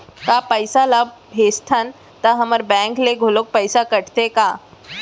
का पइसा ला भेजथन त हमर बैंक ले घलो पइसा कटथे का?